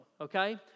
Okay